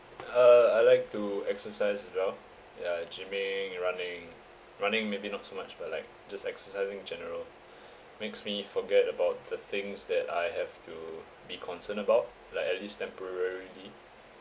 uh I like to exercise as well ya gymming running running maybe not so much but like just exercising general makes me forget about the things that I have to be concerned about like at least temporarily